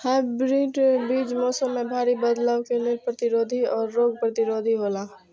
hybrid बीज मौसम में भारी बदलाव के लेल प्रतिरोधी और रोग प्रतिरोधी हौला